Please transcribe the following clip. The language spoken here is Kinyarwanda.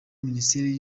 minisiteri